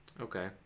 Okay